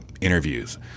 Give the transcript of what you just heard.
interviews